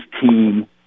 team